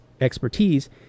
expertise